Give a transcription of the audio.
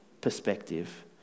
perspective